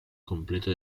completa